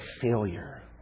failure